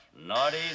naughty